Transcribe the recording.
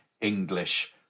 English